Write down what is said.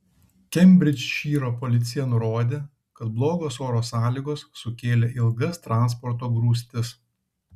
kembridžšyro policija nurodė kad blogos oro sąlygos sukėlė ilgas transporto grūstis